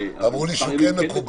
ואמרו לי שהוא כן מקובל.